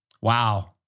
Wow